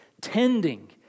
tending